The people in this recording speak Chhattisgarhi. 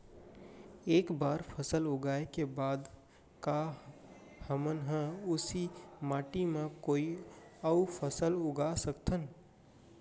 एक बार फसल उगाए के बाद का हमन ह, उही माटी मा कोई अऊ फसल उगा सकथन?